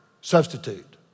substitute